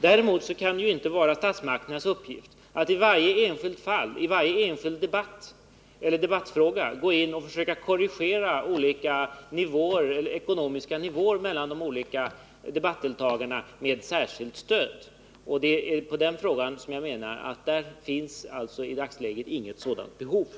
Däremot kan det ju inte vara statsmakternas uppgift att i varje enskild debattfråga med särskilt stöd försöka korrigera olika ekonomiska nivåer mellan de olika debattdeltagarna. Det är mot den bakgrunden som jag menar att det i dagsläget inte finns något behov av sådana insatser som här har efterfrågats.